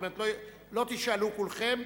לא תשאלו כולכם.